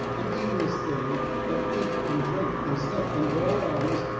an aimless thing that ate and drank and slept and bore arms,